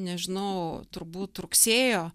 nežinau turbūt rugsėjo